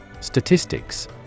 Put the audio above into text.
Statistics